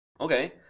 okay